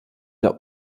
der